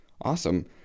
Awesome